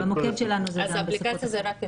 אם כן, האפליקציה היא רק בעברית.